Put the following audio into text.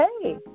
hey